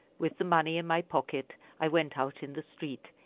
with the money in my pocket i went out in the street,